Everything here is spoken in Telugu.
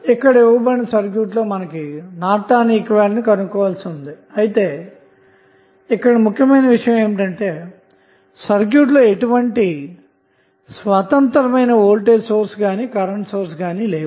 ఇవ్వబడిన సర్క్యూట్ కు నార్టన్ ఈక్వివలెంట్ కనుగొనవలసి ఉంది అయితే ముఖ్యమైన విషయం ఏమిటంటే సర్క్యూట్ లో ఎటువంటి స్వతంత్రమైన వోల్టేజ్ సోర్స్ గాని కరెంటు సోర్స్ గాని లేవు